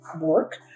work